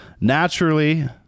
Naturally